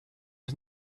was